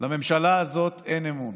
לממשלה הזאת אין אמון.